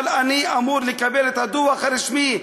אבל אני אמור לקבל את הדוח הרשמי.